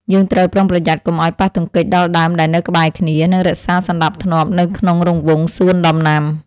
យើងត្រូវប្រុងប្រយ័ត្នកុំឱ្យប៉ះទង្គិចដល់ដើមដែលនៅក្បែរគ្នា និងរក្សាសណ្តាប់ធ្នាប់នៅក្នុងរង្វង់សួនដំណាំ។